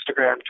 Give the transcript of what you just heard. instagram